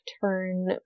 turn